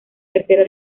tercera